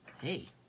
Hey